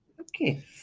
Okay